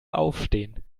aufstehen